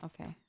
Okay